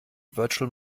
virtual